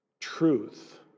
truth